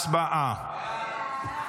הצבעה.